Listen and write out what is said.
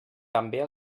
també